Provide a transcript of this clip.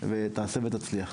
תעשה ותצליח.